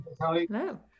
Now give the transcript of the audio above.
Hello